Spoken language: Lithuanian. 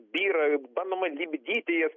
byra bandoma lipdyti jas